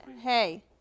Hey